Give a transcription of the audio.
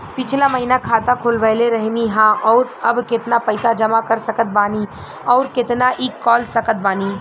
पिछला महीना खाता खोलवैले रहनी ह और अब केतना पैसा जमा कर सकत बानी आउर केतना इ कॉलसकत बानी?